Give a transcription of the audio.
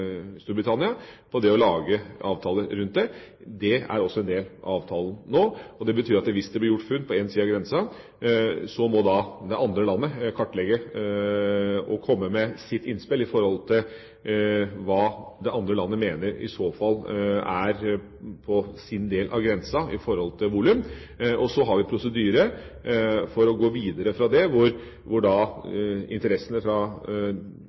Storbritannia, med det å lage avtaler om det. Det er også en del av avtalen nå. Det betyr at hvis det blir gjort funn på én side av grensen, må det andre landet kartlegge og komme med sitt innspill om hva det andre landet i så fall mener er på sin del av grensen når det gjelder volum. Så har vi prosedyrer for å gå videre fra det, hvor